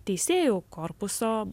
teisėjų korpuso